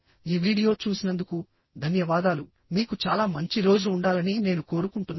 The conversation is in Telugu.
కాబట్టిఈ వీడియో చూసినందుకు ధన్యవాదాలు మీకు చాలా మంచి రోజు ఉండాలని నేను కోరుకుంటున్నాను